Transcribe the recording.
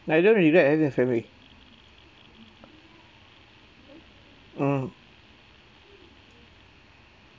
I don't regret having a family mm